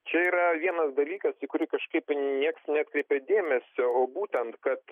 čia yra vienas dalykas į kurį kažkaip nieks neatkreipia dėmesio o būtent kad